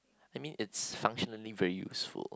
I mean it's functionally very useful